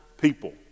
people